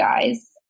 guys